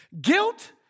Guilt